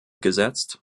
gesetzt